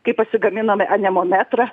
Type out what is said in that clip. kai pasigaminome anemometrą